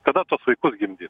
kada vaikus gimdyt